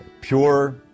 Pure